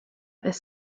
this